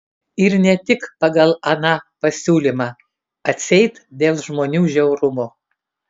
ir ne tik pagal aną pasiūlymą atseit dėl žmonių žiaurumo